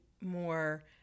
more